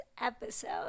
episode